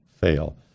fail